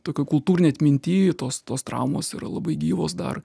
tokioj kultūrinėj atminty tos tos traumos yra labai gyvos dar